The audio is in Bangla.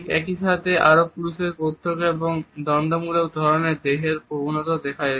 একই সাথে আরব পুরুষদের প্রত্যক্ষ এবং দ্বন্দ্বমূলক দেহের প্রবণতা দেখা যেত